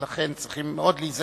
2. אם לא, מתי יבוצע?